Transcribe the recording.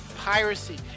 Piracy